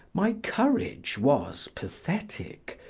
my courage was pathetic,